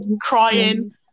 crying